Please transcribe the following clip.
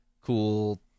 cool